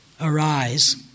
arise